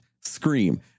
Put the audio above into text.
Scream